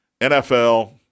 NFL